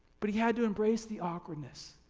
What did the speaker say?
but he had to embrace the awkwardness,